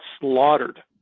slaughtered